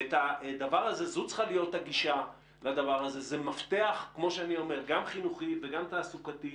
זו צריכה להיות הגישה, זה מפתח חינוכי ותעסוקתי.